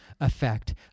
effect